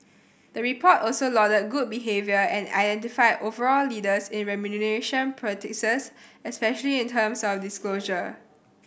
the report also lauded good behaviour and identified overall leaders in remuneration practices especially in terms of disclosure